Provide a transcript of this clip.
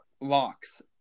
locks